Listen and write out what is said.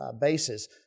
bases